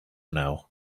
know